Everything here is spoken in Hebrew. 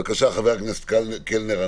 בבקשה, חבר הכנסת קלנר.